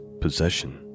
possession